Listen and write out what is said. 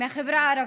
מהחברה הערבית.